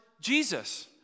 Jesus